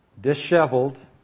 disheveled